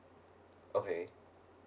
okay